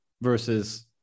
versus